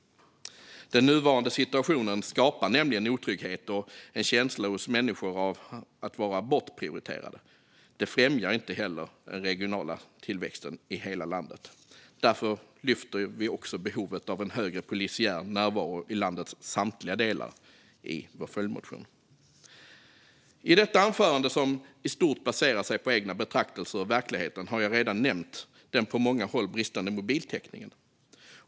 Den nuvarande situationen skapar nämligen otrygghet och en känsla hos människor av att vara bortprioriterade. Det främjar inte heller den regionala tillväxten i hela landet. Därför lyfter vi också behovet av en större polisiär närvaro i landets samtliga delar i vår följdmotion. I detta anförande, som i stort baserar sig på egna betraktelser ur verkligheten, har jag redan nämnt den på många håll bristande mobiltäckningen.